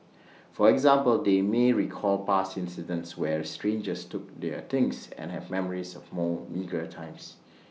for example they may recall past incidents where strangers took their things and have memories of more meagre times